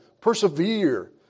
persevere